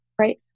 right